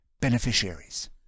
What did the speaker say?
Beneficiaries